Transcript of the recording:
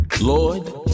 lord